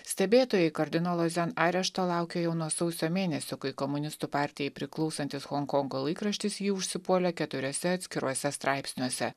stebėtojai kardinolo zen arešto laukė jau nuo sausio mėnesio kai komunistų partijai priklausantis honkongo laikraštis jį užsipuolė keturiuose atskiruose straipsniuose